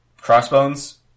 Crossbones